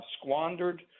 squandered